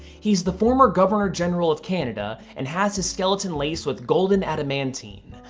he's the former governor general of canada and has his skeleton laced with golden adamantine,